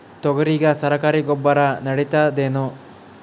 ತೊಗರಿಗ ಸರಕಾರಿ ಗೊಬ್ಬರ ನಡಿತೈದೇನು?